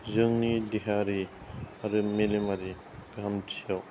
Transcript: जोंनि देहायारि आरो मेलेमारि गाहामथियाव